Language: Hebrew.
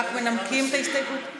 רק מנמקים את ההסתייגויות?